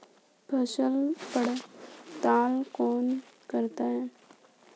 फसल पड़ताल कौन करता है?